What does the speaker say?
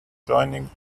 joining